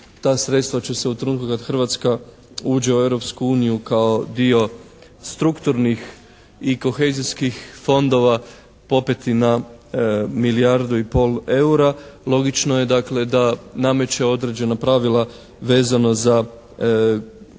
ta sredstva će se u trenutku kad Hrvatska uđe u Europsku uniju kao dio strukturnih i kohezijskih fondova popeti na milijardu i pol EUR-a. Logično je dakle da nameće određena pravila vezano za